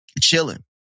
chilling